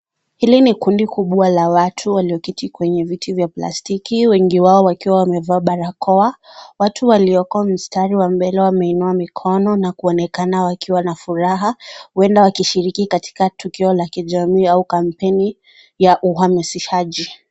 Hili ni kundi kubwa la watu walioketi kwenye viti vya plastiki; wengi wao wakiwa wamevaa barakoa. Watu walioko mstari wa mbele wameinua mikono na kuonekana wakiwa na furaha. Huenda wakishiriki katika tukio la kijamii au kampeni ya uhamasishaji.